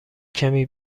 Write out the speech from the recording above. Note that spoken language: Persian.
کمی